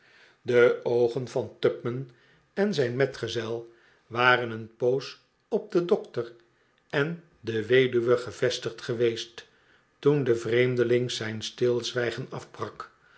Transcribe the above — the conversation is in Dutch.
de oogen van tupman en zijn metgezel waren een poos op den dokter en de weduwe gevestigd geweest toen de vreemdeling zijn stilzwijgenafbrak